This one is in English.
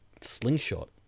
slingshot